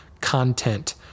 content